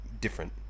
different